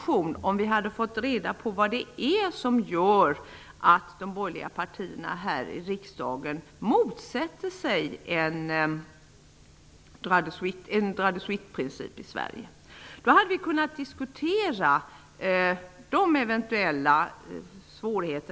Om vi hade fått reda på vad det är som gör att de borgerliga partierna här i riksdagen motsätter sig en ''droit de suite''-princip i Sverige hade det åtminstone varit möjligt för oss att föra en vidare diskussion.